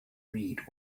read